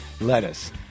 Lettuce